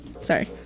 Sorry